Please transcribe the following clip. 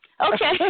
Okay